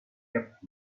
kept